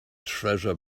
treasure